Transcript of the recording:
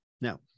Now